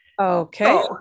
okay